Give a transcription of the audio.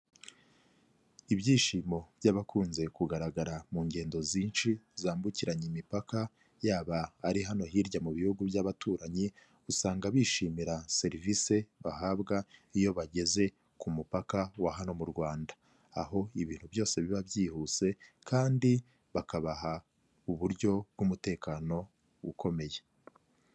Ibyishimo by'abakunze kugaragara mu ngendo zinshi zambukiranya imipaka, yaba ari hano hirya mu Bihugu by'abaturanyi usanga bishimira serivisi bahabwa iyo bageze ku mupaka wa hano mu Rwanda. Aho ibintu byose biba byihuse kandi bakabaha uburyo bw'umutekano ukomeye.